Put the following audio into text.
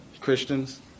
Christians